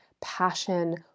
passion